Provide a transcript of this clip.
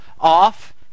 off